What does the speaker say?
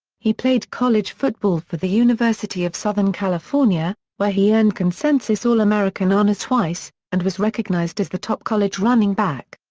he played college football for the university of southern california, where he earned consensus all-american honors twice, and was recognized as the top college running back.